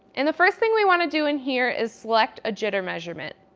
and the first thing we want to do in here is select a jitter measurement.